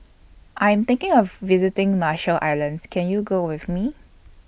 I Am thinking of visiting Marshall Islands Can YOU Go with Me